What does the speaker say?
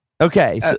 Okay